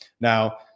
Now